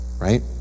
right